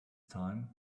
time